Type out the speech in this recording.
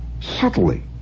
Subtly